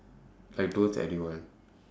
like towards everyone